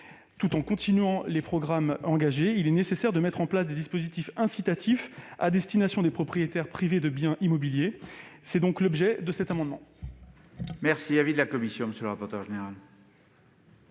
tout en continuant les programmes engagés, il est nécessaire de mettre en place des dispositifs incitatifs à destination des propriétaires privés de biens immobiliers. Tel est l'objet de cet amendement. Quel est l'avis de la commission ? Je ne suis